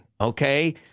okay